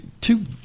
two